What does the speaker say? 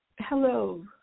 Hello